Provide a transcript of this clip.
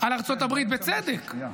על ארצות הברית, בצדק,